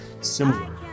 similar